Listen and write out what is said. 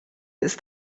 ist